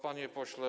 Panie Pośle!